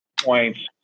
points